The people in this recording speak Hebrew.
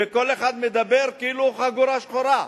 וכל אחד מדבר כאילו הוא "חגורה שחורה".